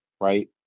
right